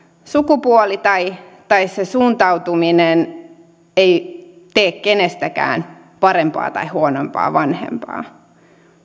sukupuoli tai tai se suuntautuminen ei tee kenestäkään parempaa tai huonompaa vanhempaa